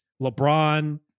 LeBron